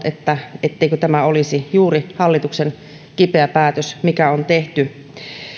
että tämä oli juuri hallituksen kipeä päätös mikä on tehty